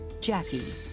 Jackie